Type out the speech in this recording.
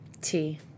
tea